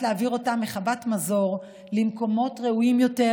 להעביר אותם מחוות מזור למקומות ראויים יותר,